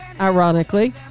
ironically